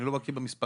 אני לא בקי במספרים,